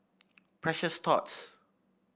Precious Thots